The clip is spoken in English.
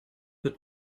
with